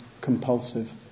compulsive